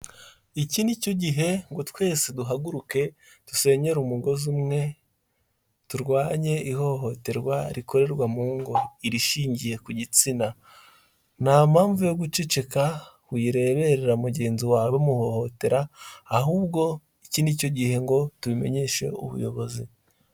Iki nicyo gihe ngo twese duhaguruke dusenyere umugozi umwe turwanye ihohoterwa rikorerwa mu ngo irishingiye ku gitsina. Nta mpamvu yo guceceka wireberera mugenzi wawe bamuhohotera ahubwo iki nicyo gihe ngo tubimenyeshe ubuyobozi.